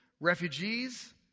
refugees